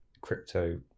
crypto